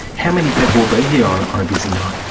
how many people will be here on a busy night?